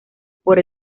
por